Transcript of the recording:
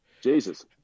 Jesus